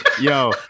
Yo